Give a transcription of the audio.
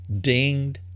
dinged